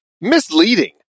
misleading